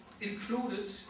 included